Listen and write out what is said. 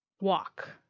Walk